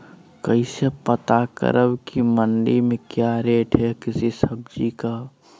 कैसे पता करब की मंडी में क्या रेट है किसी सब्जी का?